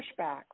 pushback